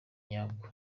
nyako